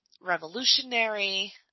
revolutionary